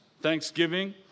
thanksgiving